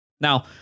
Now